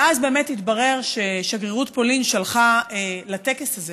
ואז באמת התברר ששגרירות פולין שלחה לטקס הזה